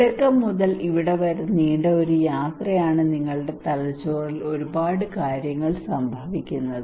തുടക്കം മുതൽ ഇവിടെ വരെ ഒരു നീണ്ട യാത്രയാണ് നിങ്ങളുടെ തലച്ചോറിൽ ഒരുപാട് കാര്യങ്ങൾ സംഭവിക്കുന്നത്